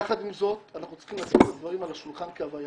יחד עם זאת אנחנו צריכים לשים את הדברים על השולחן כהווייתם.